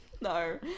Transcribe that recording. No